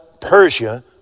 Persia